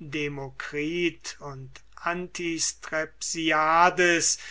demokrit und